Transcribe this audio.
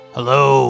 Hello